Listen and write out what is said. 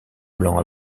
blanc